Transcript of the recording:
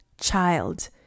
child